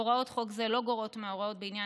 הוראות חוק זה לא גורעות מההוראות בעניין